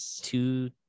two